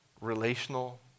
Relational